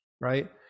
right